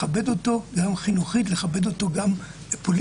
לכבד אותו גם חינוכית, לכבד אותו גם פוליטית.